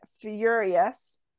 furious